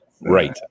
Right